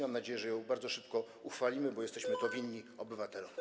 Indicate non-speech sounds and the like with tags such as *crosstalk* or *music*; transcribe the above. Mam nadzieję, że bardzo szybko ją uchwalimy, *noise* bo jesteśmy to winni obywatelom.